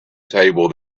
table